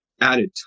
added